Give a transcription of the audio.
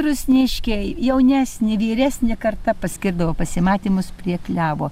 rusniškiai jaunesnė vyresnė karta paskirdavo pasimatymus prie klevo